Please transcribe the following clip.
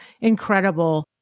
Incredible